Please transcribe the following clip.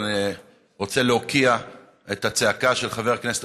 אבל אני רוצה להוקיע את הצעקה של חבר הכנסת